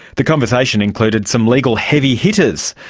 the conversation included some legal heavy hitters.